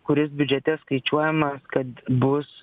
kuris biudžete skaičiuojamas kad bus